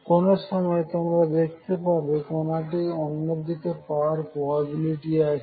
কোন সময় তোমরা দেখতে পাবে কোনটিকে অন্যদিকে পাওয়ার প্রবাবিলিটি আছে